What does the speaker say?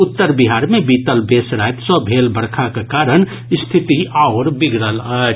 उत्तर बिहार मे बीतल बेस राति सॅ भेल बरखाक कारण स्थिति आओर बिगड़ल अछि